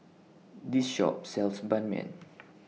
This Shop sells Ban Mian